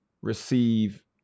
Receive